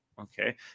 Okay